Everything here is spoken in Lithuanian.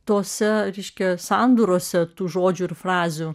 tose reiškia sandūrose tų žodžių ir frazių